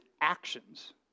actions